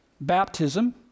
Baptism